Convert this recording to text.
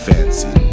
Fancy